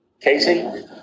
Casey